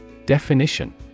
Definition